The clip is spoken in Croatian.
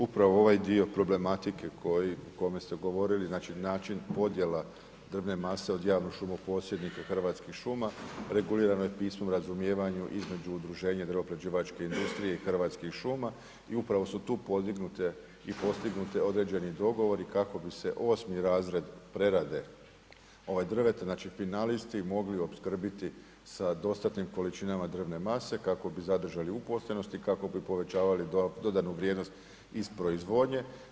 Upravo ovaj dio problematike o kome ste govorili, znači način podjela drvne mase od javnog šumoposjednika Hrvatskih šuma, regulirano je pismom o razumijevanju između udruženja drvno-prerađivačke industrije i Hrvatskih šuma i upravo su tu podignuti i postignuti određeni dogovori kako bi se osmi razred prerade drveta, finalisti mogli opskrbiti sa dodatnim količinama drvne mase kako bi zadržali opstojnost i kako bi povećavali dodanu vrijednost iz proizvodnje.